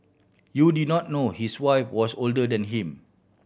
you did not know his wife was older than him